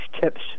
tips